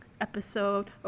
episode